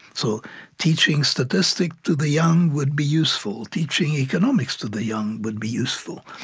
so teaching statistics to the young would be useful teaching economics to the young would be useful